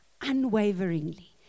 unwaveringly